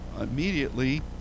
immediately